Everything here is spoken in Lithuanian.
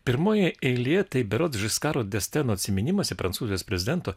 pirmoje eilėje tai berods žiskaro desteno atsiminimuose prancūzijos prezidento